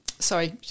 sorry